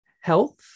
health